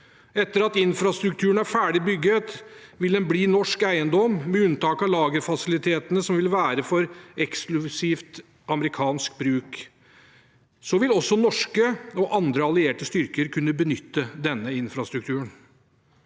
Etter at infrastrukturen er ferdig bygget, vil den bli norsk eiendom, med unntak av lagerfasilitetene, som vil være for eksklusiv amerikansk bruk. Så vil også norske og andre allierte styrker kunne benytte denne infrastrukturen.